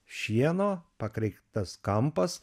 šieno pakreiktas kampas